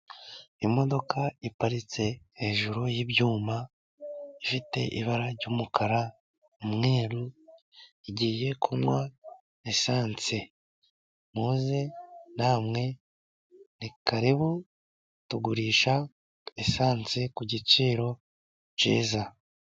Imodoka iparitse hejuru y'ibyuma, ifite ibara ry'umukara, umweru. Igiye kunywa esanse muze namwe ni karibu tugurisha esanse ku giciro cyiza.